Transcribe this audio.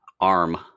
arm